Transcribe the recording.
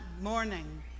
morning